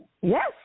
Yes